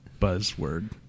buzzword